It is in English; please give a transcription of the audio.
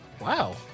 Wow